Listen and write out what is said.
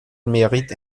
mérite